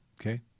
Okay